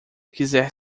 quiser